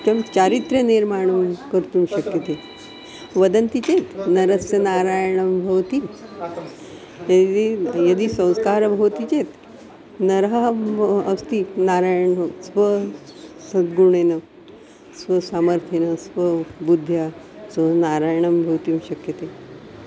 किं चारित्र्यनिर्माणं कर्तुं शक्यते वदन्ति चेत् नरस्य नारायणः भवति यदि यदि संस्कारः भवति चेत् नरः अस्ति नारायणः स्वसद्गुणेन स्वसामर्थ्येन स्वबुद्ध्या स्वं नारायणः भवितुं शक्यते